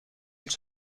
ils